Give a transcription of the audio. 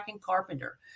Carpenter